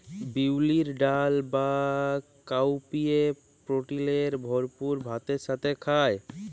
বিউলির ডাল বা কাউপিএ প্রটিলের ভরপুর ভাতের সাথে খায়